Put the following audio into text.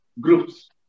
groups